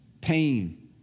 pain